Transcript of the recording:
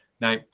now